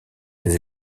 des